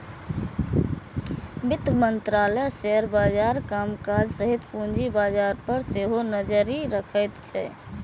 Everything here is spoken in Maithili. वित्त मंत्रालय शेयर बाजारक कामकाज सहित पूंजी बाजार पर सेहो नजरि रखैत छै